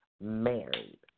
married